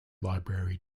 library